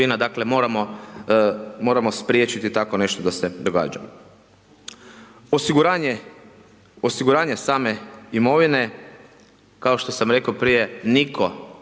dakle, moramo spriječiti takvo nešto da se događa. Osiguranje same imovine, kao što sam rekao prije, nitko